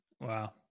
Wow